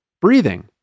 breathing